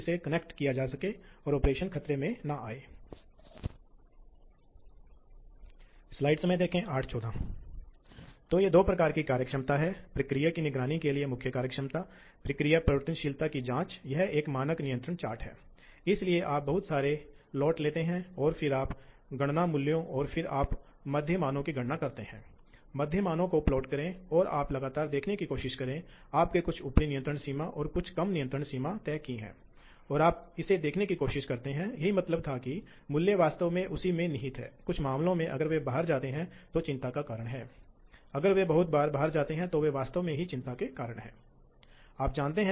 इसी तरह फ़ीड दरें अधिकतम फ़ीड दरें जो हासिल की जा सकती हैं और प्रति मिनट या प्रति क्रांति निश्चित हैं और संबंधित कुछ अन्य मोड हैं जिन्हें आप तेजी से चलने वाले दरों को जानते हैं इसलिए जब आप एक छेद से दूसरे में जा रहे हैं तो आपने इस छेद को ड्रिल किया है जब आप दूसरे में जा रहे हैं तो इस समय के दौरान आप वास्तव में नहीं काट रहे हैं और आपको सबसे तेज गति से गति करने की आवश्यकता है